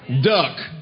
duck